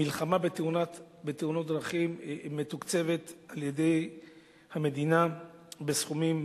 המלחמה בתאונות הדרכים מתוקצבת על-ידי המדינה בסכומים,